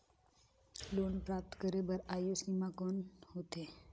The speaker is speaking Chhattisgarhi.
लोन प्राप्त करे बर आयु सीमा कौन होथे?